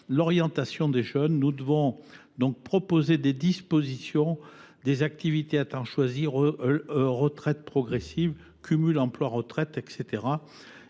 l’orientation des jeunes. Nous devons donc proposer des dispositifs, tels que l’activité à temps choisi, la retraite progressive, le cumul emploi retraite, etc.